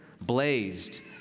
blazed